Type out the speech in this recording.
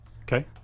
Okay